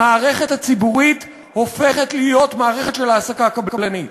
המערכת הציבורית הופכת להיות מערכת של העסקה קבלנית.